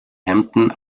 hampton